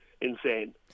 insane